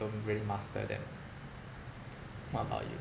don't really master them what about you